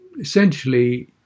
Essentially